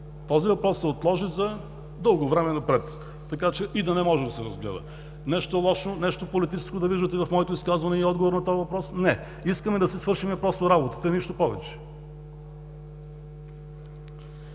Този въпрос се отложи за дълго време напред, така че и да не може да се разгледа. Нещо лошо, нещо политическо да виждате в моето изказване и отговор на този въпрос? Не. Искаме да си свършим просто работата и нищо повече!